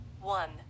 One